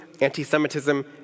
anti-Semitism